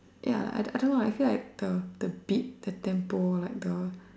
ya I I don't know I feel like the the beat the tempo like the